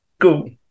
go